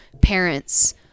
parents